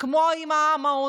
כמו עם המעונות